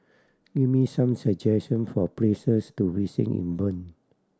give me some suggestion for places to visit in Bern